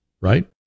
right